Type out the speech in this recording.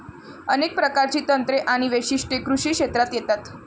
अनेक प्रकारची तंत्रे आणि वैशिष्ट्ये कृषी क्षेत्रात येतात